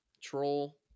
troll